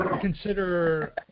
consider